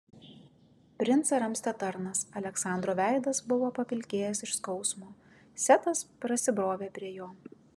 princą ramstė tarnas aleksandro veidas buvo papilkėjęs iš skausmo setas prasibrovė prie jo